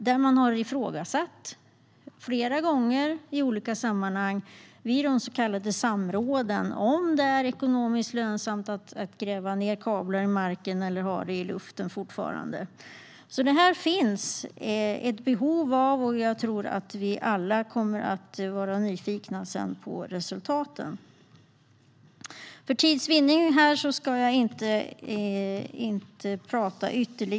Där har man flera gånger, i olika sammanhang, vid de så kallade samråden ifrågasatt om det är ekonomiskt lönsamt att gräva ned kablar i marken eller om man ska fortsätta ha dem i luften. Det finns ett behov av det här. Och jag tror att vi alla kommer att vara nyfikna på resultaten. För tids vinnande ska jag inte tala mer.